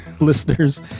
listeners